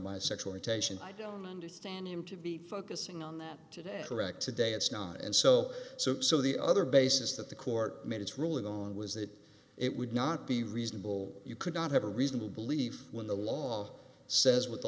my sexual retention i don't understand him to be focusing on that today correct today it's not and so so so the other basis that the court made its ruling on was that it would not be reasonable you could not have a reasonable belief when the law says what the